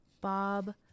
Bob